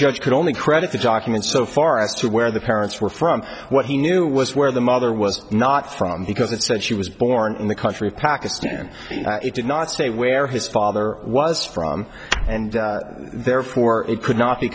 judge could only credit the documents so far as to where the parents were from what he knew was where the mother was not from because it said she was born in the country of pakistan he did not say where his father was from and therefore it could not be